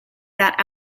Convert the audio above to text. that